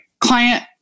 Client